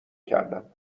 کردم